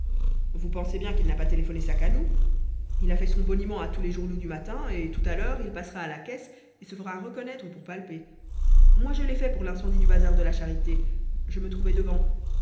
vous pensez bien qu'il n'a pas téléphoné ça qu'à nous il a fait son boniment à tous les journaux du matin et tout à l'heure il passera à la caisse et se fera reconnaître pour palper moi je l'ai fait pour l'incendie du bazar de la charité je me trouvais devant